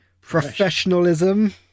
professionalism